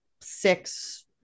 six